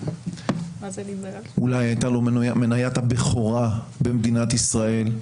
אולי הייתה לו מניית הבכורה במדינת ישראל,